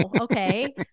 Okay